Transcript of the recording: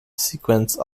sequence